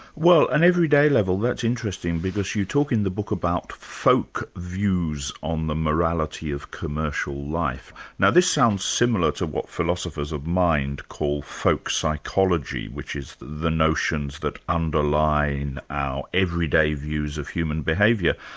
well an everyday level, that's interesting, because you talk in the book about folk views on the morality of commercial life. now this sounds similar to what philosophers of mind call folk psychology, which is the notions that underline our everyday views of human behaviour.